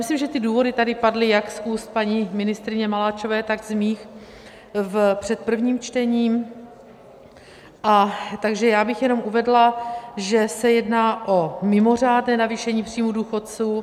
Myslím, že ty důvody tady padly jak z úst paní ministryně Maláčové, tak z mých před prvním čtením, takže bych jenom uvedla, že se jedná o mimořádné navýšení příjmů důchodců.